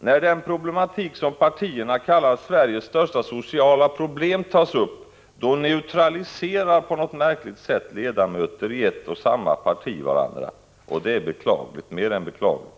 När den problematik som partierna kallar Sveriges största sociala problem tas upp neutraliserar på något märkligt sätt ledamöter i ett och samma parti varandra. Det är mer än beklagligt